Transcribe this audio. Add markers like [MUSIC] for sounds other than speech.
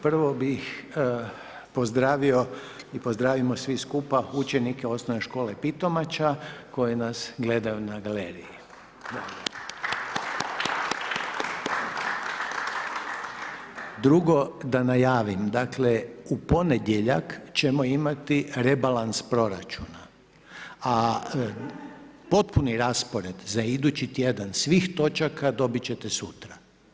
Prvo bih pozdravio i pozdravimo svi skupa učenike osnovne škole Pitomača koji nas gledaju na galeriji. [APPLAUSE] Drugo, da najavim, dakle u ponedjeljak ćemo imati rebalans proračuna a potpuni raspored za idući tjedan svih točaka dobiti ćete sutra.